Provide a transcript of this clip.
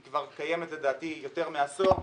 היא כבר קיימת לדעתי יותר מעשור.